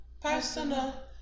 personal